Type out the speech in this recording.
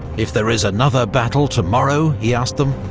if there is another battle tomorrow, he asked them,